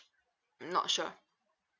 not sure